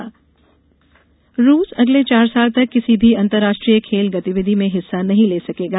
रूस प्रतिबंध रूस अगले चार साल तक किसी भी अंतर्राष्ट्रीय खेल गतिविधि में हिस्सा नहीं ले सकेगा